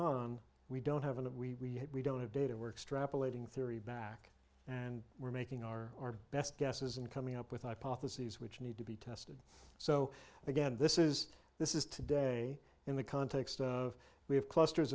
on we don't have enough we don't have data work strap elating theory back and we're making our best guesses and coming up with a policies which need to be tested so again this is this is today in the context of we have clusters